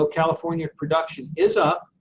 ah california production is up,